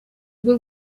bw’u